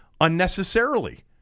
unnecessarily